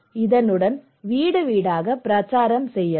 இதனுடன் வீடு வீடாக பிரச்சாரம் செய்யலாம்